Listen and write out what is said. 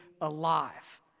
alive